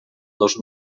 dos